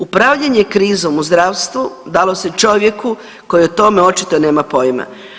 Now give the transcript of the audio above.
Upravljanje krizom u zdravstvu dalo se čovjeku koji o tome očito nema poima.